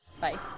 Bye